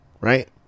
right